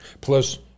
Plus